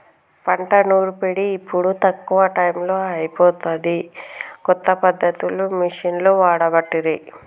పంట నూర్పిడి ఇప్పుడు తక్కువ టైములో అయిపోతాంది, కొత్త పద్ధతులు మిషిండ్లు వాడబట్టిరి